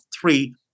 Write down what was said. three